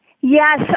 Yes